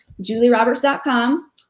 julieroberts.com